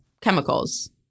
chemicals